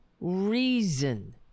reason